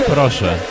Proszę